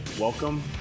welcome